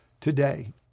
today